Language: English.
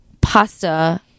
pasta